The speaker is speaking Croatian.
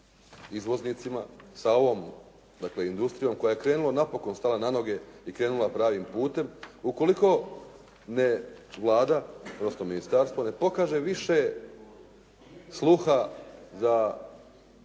izvoznicima, sa ovom industrijom koja je krenula, napokon stala na noge i krenula pravim putem. Ukoliko Vlada, odnosno ministarstvo ne pokaže više sluha za